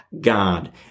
god